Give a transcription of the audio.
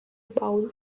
bowl